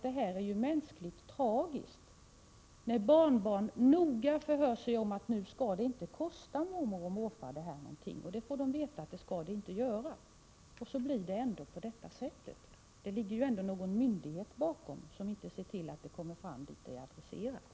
Det är nämligen tragiskt för människor att det blir på det här sättet, trots att barnbarn noga förhör sig om att en present inte skall kosta mormor och morfar någonting. Det ligger ju någon myndighet bakom, som inte ser till att paketet kom fram till adressaten.